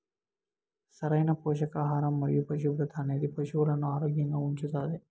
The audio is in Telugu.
సరైన పోషకాహారం మరియు పరిశుభ్రత అనేది పశువులను ఆరోగ్యంగా ఉంచుతాది